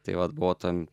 tai vat buvo tan